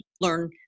learn